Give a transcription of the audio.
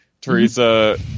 Teresa